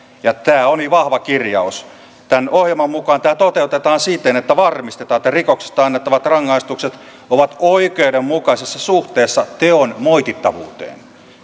ja tämä oli vahva kirjaus tämän ohjelman mukaan tämä toteutetaan siten että varmistetaan että rikoksista annettavat rangaistukset ovat oikeudenmukaisessa suhteessa teon moitittavuuteen